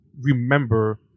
remember